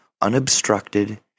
unobstructed